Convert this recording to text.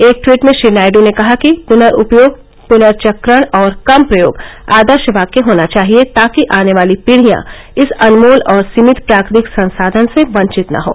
एक ट्वीट में श्री नायडू ने कहा कि पुनर्उपयोग पुनर्चक्रण और कम प्रयोग आदर्श वाक्य होना चाहिए ताकि आने वाली पीढियां इस अनमोल और सीमित प्राकृतिक संसाधन से वंचित न हों